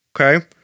Okay